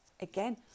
Again